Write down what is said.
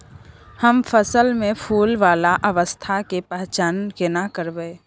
हम फसल में फुल वाला अवस्था के पहचान केना करबै?